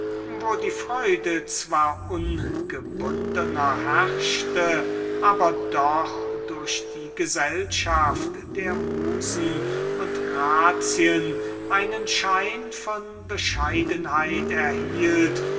wo die freude zwar ungebundener herrschte aber doch durch die gesellschaft der musen und grazien einen schein von bescheidenheit erhielt